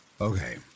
Okay